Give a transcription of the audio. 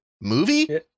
movie